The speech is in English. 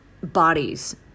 bodies